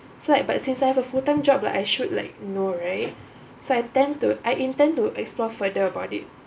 so like but since I have a full time job like I should like no right so I tend to I intend to explore further about it